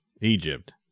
Egypt